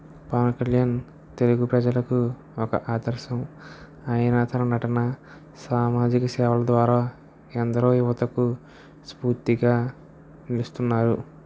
పవన్ కళ్యాణ్ తెలుగు ప్రజలకు ఒక ఆదర్శం ఆయన తన నటన సామాజిక సేవల ద్వారా ఎందరో యువతకు స్ఫూర్తిగా నిలుస్తున్నారు